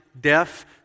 deaf